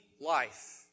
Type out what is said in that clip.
life